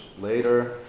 later